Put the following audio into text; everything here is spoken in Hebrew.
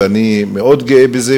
ואני מאוד גאה בזה.